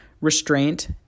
restraint